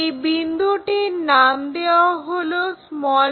এই বিন্দুটির নাম দেওয়া হলো b